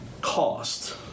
cost